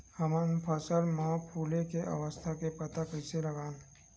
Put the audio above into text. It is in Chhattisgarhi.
हमन फसल मा फुले के अवस्था के पता कइसे लगावन?